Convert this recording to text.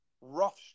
rough